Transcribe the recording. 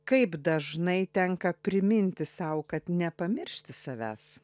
kaip dažnai tenka priminti sau kad nepamiršti savęs